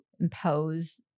impose